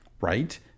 right